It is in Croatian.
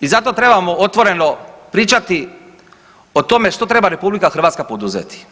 I zato trebamo otvoreno pričati o tome što treba RH poduzeti